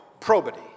probity